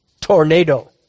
tornado